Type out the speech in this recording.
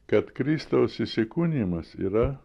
kad kristaus įsikūnijimas yra